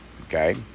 Okay